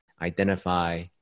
identify